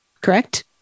correct